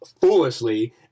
foolishly